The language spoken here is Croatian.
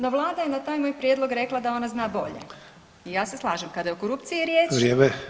No Vlada je na taj moj prijedlog rekla da ona zna bolje i ja se slažem kada je o korupciji riječ